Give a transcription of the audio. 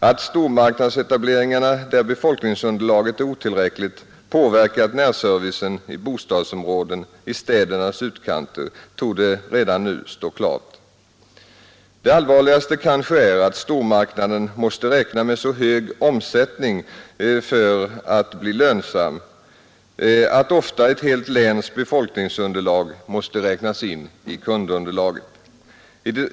Att stormarknadsetableringarna där befolknigsunderlaget är otillräckligt påverkar närservicen i bostadsområden i städernas utkanter torde redan nu stå klart. Det allvarligaste kanske är att stormarknaden måste räkna med så hög omsättning för att bli lönsam att ofta ett helt läns befolkningsunderlag måste räknas in i kundunderlaget.